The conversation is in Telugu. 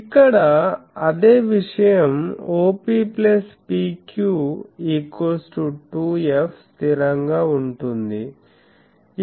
ఇక్కడ అదే విషయం OP PQ 2f స్థిరంగా ఉంటుంది